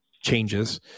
changes